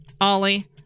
Ollie